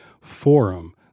forum